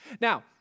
Now